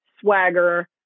swagger